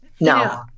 No